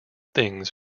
things